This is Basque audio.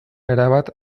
erabat